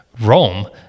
rome